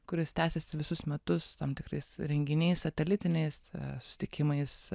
kuris tęsiasi visus metus tam tikrais renginiais satelitiniais sutikimais